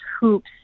hoops